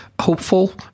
hopeful